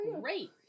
Great